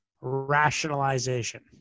Rationalization